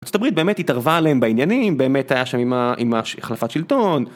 ארצות הברית באמת התערבה להם בעניינים, באמת היה שם עם החלפת שלטון.